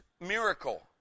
miracle